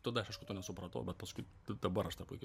tada aš aišku to nesupratau bet paskui tai dabar aš tą puikiai